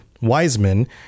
Wiseman